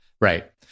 Right